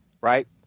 right